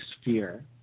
sphere